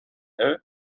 eux